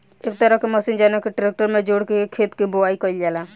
एक तरह के मशीन जवना के ट्रेक्टर में जोड़ के खेत के बोआई कईल जाला